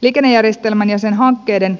liikennejärjestelmän ja sen hankkeiden